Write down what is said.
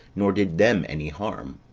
nor did them any harm.